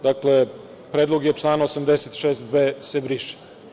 Dakle, predlog je - član 86b se briše.